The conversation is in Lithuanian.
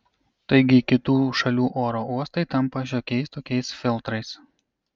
taigi kitų šalių oro uostai tampa šiokiais tokiais filtrais